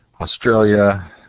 Australia